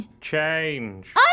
Change